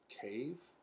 cave